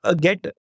get